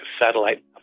satellite